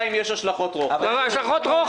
שנית, יש השלכות רוחב.